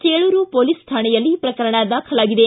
Chelur police ಠಾಣೆಯಲ್ಲಿ ಪ್ರಕರಣ ದಾಖಲಾಗಿದೆ